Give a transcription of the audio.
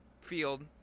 field